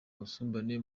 busumbane